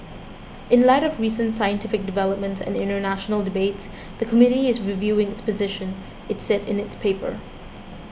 in light of recent scientific developments and international debates the committee is reviewing its position it said in its paper